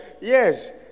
Yes